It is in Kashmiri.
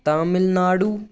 تامِل ناڈوٗ